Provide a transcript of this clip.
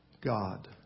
God